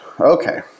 Okay